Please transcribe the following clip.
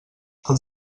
els